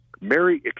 Mary